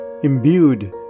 imbued